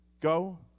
go